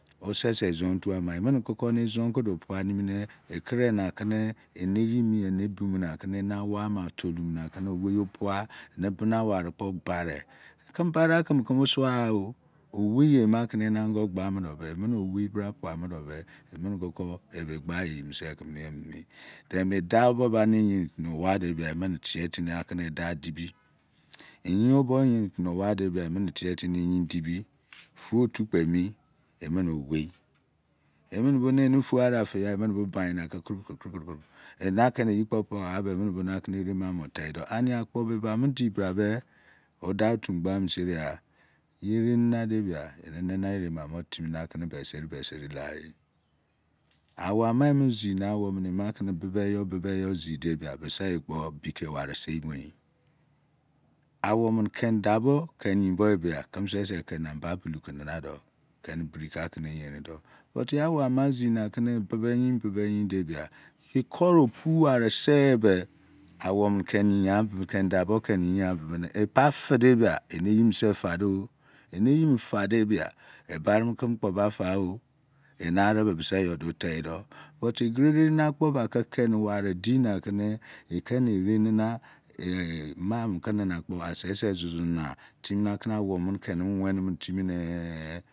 Erefa keme kemeghan nana owei ere eprebo eme ba bise yo be eremo everindi ayerin gua timine awoama bominimi mietimi kene tu bo zide bia ekpo bise tubo tohe make tun wari omu mamo kriamoye kezi kpo otolumu fun wari omu yah amo amazing nakene oyi o nei oyitaru o sendiek kela kpo ksuei ebi ya anawo meneae gbale nakehe as ase fun gowali bo mietimi pua bode ia ah ekponakene owei opuador yebemi mamo kriamu yebe keme tubo owe yerin akpo ye-ere nana debia emene wari korina nake ene erema teri enago teri obe ferin akpo be ewaru koregha ba emene owei be akpo be emene kno owou gba debia emene kpo gbudai ne enargo emene kpo gbudai ne enargo pre ako dami igbein demi damo meda etorutoru keme emi bra be lame ebise bra miede biaekpo boie timina kobo owei pua do so akpo be emi bra be gbudailayda